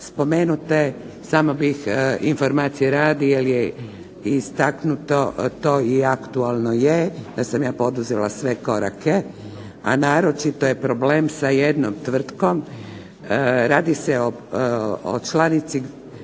spomenute samo bih informacije radi jer je istaknuto to i aktualno je da sam ja poduzela sve korake, a naročito je problem sa jednom tvrtkom. Radi se o članici